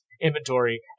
inventory